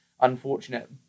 unfortunate